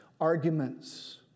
arguments